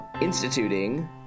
instituting